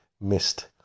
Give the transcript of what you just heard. missed